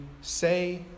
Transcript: say